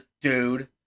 dude